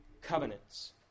covenants